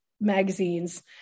magazines